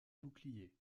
bouclier